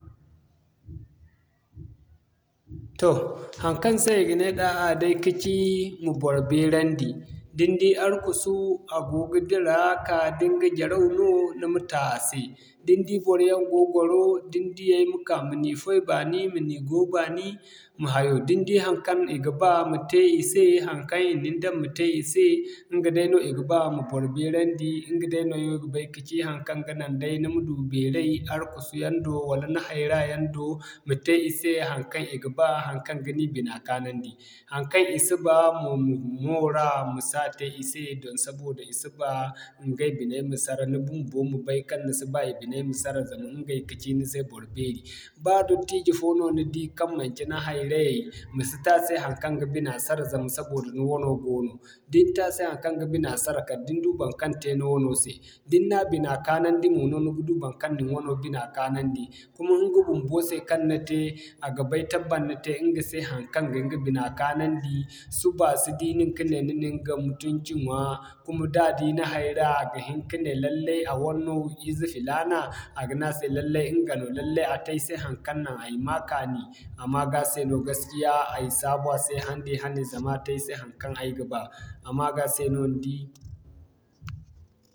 Toh haŋkaŋ se i ga ne gaha day kaci ma bor beerandi. Da ni di arkusu, a go ga dira ka da ɲga jaraw no, ni ma ta a se. Da ni di boroyaŋ go gwaro, din diyay ma ka ma ni foy baani, ma ni go baani, ma hayo. Da ni di haŋkaŋ i ga ba, ma te i se haŋkaŋ i na ni daŋ ma te i se ɲga dayno i ga ba ma bor beerandi, ŋga dayno ay wo ay ga bay kaci haŋkaŋ ga naŋ day ni ma du beeray arkusu yaŋ do, wala ni hayra yaŋ do, ma te i se haŋkaŋ i ga ba, haŋkaŋ ga ni bina kaanandi. Haŋkaŋ i si ba mo ma moora masi a te i se doŋ saboda i si ba ɲgay binay ma sara ni bumbo ma bay kaŋ ni si ba i binay ma sara zama ɲgay ka ci ni se bor beeray. Ba dottijo fo no ni di kaŋ manci ni hayrayay ma si ta se haŋkaŋ ga bina sara zama saboda ni wano goono. Da ni te a se haŋkaŋ ga bina sara kala da ni du baŋkaŋ te ni wano se. Da ni na bina kaanandi mono ni ga du baŋkaŋ na ni wano bina kaanandi. Kuma ɲga bumbo se kaŋ ni te a ga bay tabbat ni te ɲga se haŋkaŋ ga ɲga bina kaanandi, suba a si di nin ka ne ni na ɲga mutunci ɲwaa. Kuma da di ni hayra, a ga hin ka ne lallai a wanno ize filana, a ga ne a se lallai ɲga no lallai a te ay se haŋkaŋ naŋ ay ma kaani a maaga se no gaskiya ay saabu a se handin hane zama a te ay se haŋkaŋ ay ga ba a maga se no ni di.